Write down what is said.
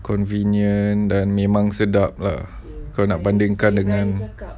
convenient dan memang sedap lah kalau nak bandingkan dengan